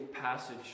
passage